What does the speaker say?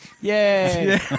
Yay